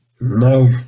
No